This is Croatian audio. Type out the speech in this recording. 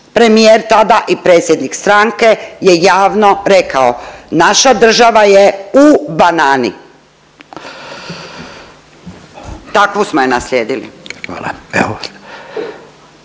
premijer tada i predsjednik stranke je javno rekao, naša država je u banani, takvu smo je naslijedili.